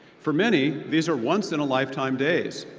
for many, these are once-in-a-lifetime days.